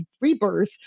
Rebirth